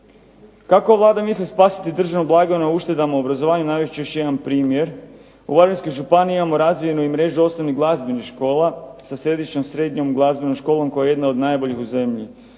Kako Vlada misli spasiti državnu blagajnu na uštedama u obrazovanju navest ću još jedan primjer. U Varaždinskoj županiji imamo razvijenu i mrežu osnovnih glazbenih škola sa središnjom srednjom glazbenom školom koja je jedna od najboljih u zemlji.